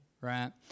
Right